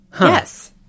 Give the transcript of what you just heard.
Yes